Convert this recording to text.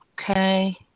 Okay